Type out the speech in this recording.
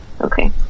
Okay